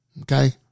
Okay